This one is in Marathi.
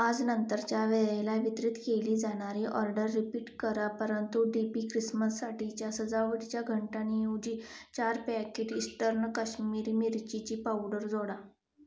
आजनंतरच्या वेळेला वितरित केली जाणारी ऑर्डर रिपीट करा परंतु डी पी ख्रिसमससाठीच्या सजावटीच्या घंटांऐवजी चार पॅकेट इस्टर्न कश्मीरी मिरचीची पावडर जोडा